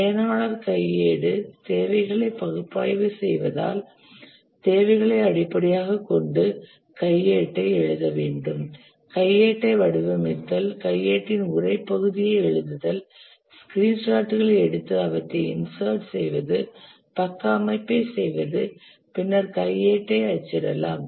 பயனாளர் கையேடு தேவைகளை பகுப்பாய்வு செய்வதால் தேவைகளை அடிப்படையாகக் கொண்டு கையேட்டை எழுத வேண்டும் கையேட்டை வடிவமைத்தல் கையேட்டின் உரை பகுதியை எழுதுதல் ஸ்கிரீன் ஷாட்களை எடுத்து அவற்றைச் இன்சாட் செய்வது பக்க அமைப்பைச் செய்வது பின்னர் கையேட்டை அச்சிடலாம்